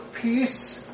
peace